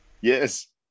Yes